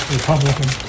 Republican